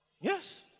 Yes